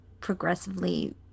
progressively